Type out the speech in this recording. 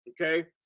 Okay